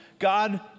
God